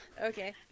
Okay